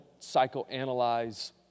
psychoanalyze